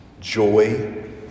joy